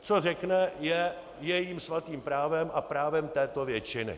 Co řekne, je jejím svatým právem a právem této většiny.